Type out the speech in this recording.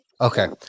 Okay